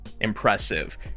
impressive